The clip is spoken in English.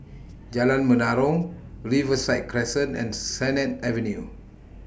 Jalan Menarong Riverside Crescent and Sennett Avenue